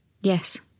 Yes